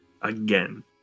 Again